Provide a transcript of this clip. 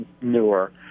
newer